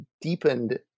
deepened